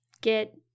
get